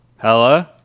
Hello